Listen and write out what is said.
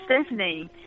Stephanie